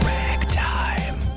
Ragtime